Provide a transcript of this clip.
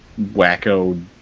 wacko